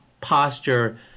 posture